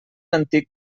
antic